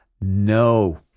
no